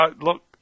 Look